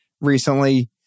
recently